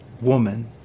woman